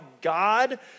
God